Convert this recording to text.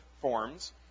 forms